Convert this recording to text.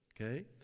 okay